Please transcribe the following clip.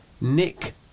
Nick